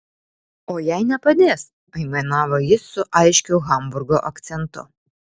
o jei nepadės aimanavo jis su aiškiu hamburgo akcentu